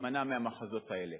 להימנע מהמחזות האלה.